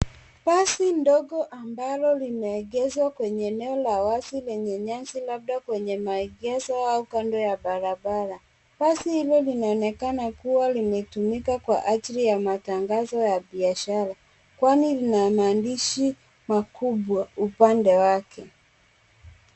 Basi ndogo ambalo limeegeshwa kwenye eneo la wazi kwenye nyasi , labda kwenye maegezo au kando ya barabara. Basi hilo linaonekana kuwa limetumika kwa ajili ya mitangazo ya biashara. Kwani lina maandishi makubwa upande wake.